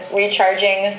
recharging